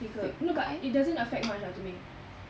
no but it doesn't affect much ah to me